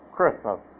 Christmas